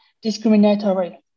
discriminatory